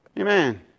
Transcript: Amen